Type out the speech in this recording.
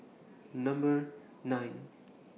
Number nine